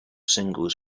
singles